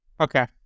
Okay